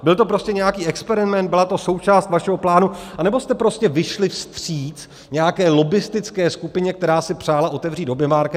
Byl to prostě nějaký experiment, byla to součást vašeho plánu, anebo jste prostě vyšli vstříc nějaké lobbistické skupině, která si přála otevřít hobby markety?